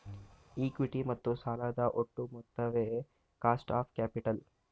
equity ಮತ್ತು ಸಾಲದ ಒಟ್ಟು ಮೊತ್ತವೇ ಕಾಸ್ಟ್ ಆಫ್ ಕ್ಯಾಪಿಟಲ್